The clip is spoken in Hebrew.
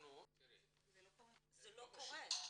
אנחנו --- זה לא קורה.